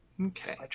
Okay